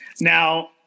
Now